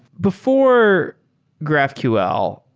before graphql,